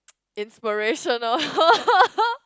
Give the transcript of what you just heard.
inspiration loh